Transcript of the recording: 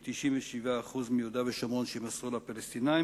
עם 97% מיהודה ושומרון שיימסרו לפלסטינים,